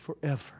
forever